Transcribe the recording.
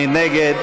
מי נגד?